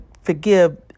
forgive